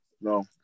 No